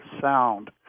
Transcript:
sound